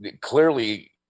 clearly